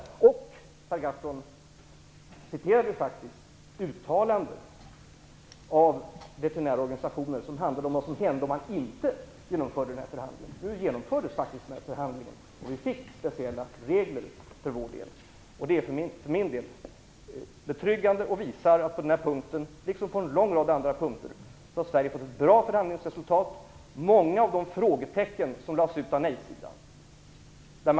Per Gahrton citerade ju faktiskt uttalanden från veterinärorganisationer, uttalanden som handlade om vad som skulle hända om man inte genomförde en sådan här förhandling. Nu genomfördes den faktiskt, och vi fick speciella regler för Sverige. För min del anser jag att det är betryggandet. Det visar att på denna och på en lång rad andra punkter har Sverige fått ett bra förhandlingsresultat. Många av de frågetecken som restes av nej-sidan har rätats ut till utropstecken.